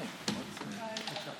בבקשה.